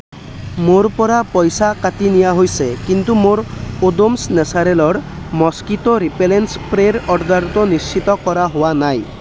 মোৰ পৰা পইচা কাটি নিয়া হৈছে কিন্তু মোৰ ওডোমছ নেচাৰেলছৰ মস্কিটো ৰিপেলেণ্ট স্প্ৰেৰ অৰ্ডাৰটো নিশ্চিত কৰা হোৱা নাই